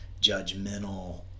judgmental